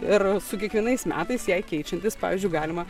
ir su kiekvienais metais jai keičiantis pavyzdžiui galima